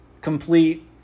complete